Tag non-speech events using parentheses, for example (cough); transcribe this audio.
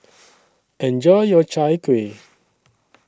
(noise) Enjoy your Chai Kueh (noise)